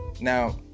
Now